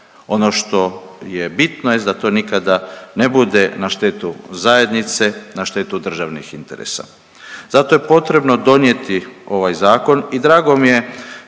Ono što je bitno jest da to nikada ne bude na štetu zajednice, na štetu državnih interesa. Zato je potrebno donijeti ovaj zakon i drago mi je